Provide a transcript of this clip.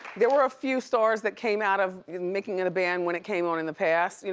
there were a few stars that came out of making the band when it came on in the past. you know